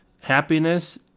happiness